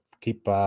keep